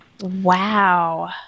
Wow